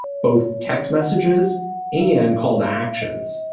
both text messages and call to actions.